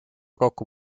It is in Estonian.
kokku